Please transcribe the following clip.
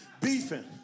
beefing